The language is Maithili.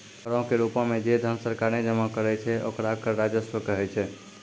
करो के रूपो मे जे धन सरकारें जमा करै छै ओकरा कर राजस्व कहै छै